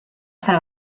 fra